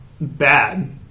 bad